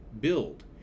Build